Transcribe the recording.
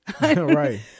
right